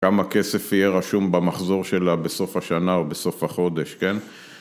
כמה כסף יהיה רשום במחזור שלה בסוף השנה או בסוף החודש, כן?